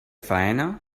faena